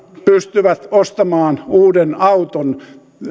pystyvät ostamaan uuden auton